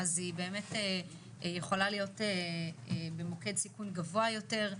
אז היא באמת יכולה להיות במוקד סיכון גבוה יותר.